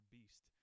Beast